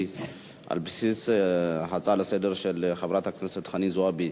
על בסיס ההצעה לסדר-היום של חברת הכנסת חנין זועבי.